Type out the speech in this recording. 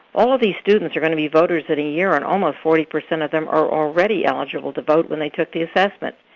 all of these students are going to be voters in a year, and almost forty percent of them are already eligible to vote when they took the assessment.